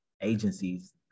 agencies